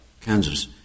Kansas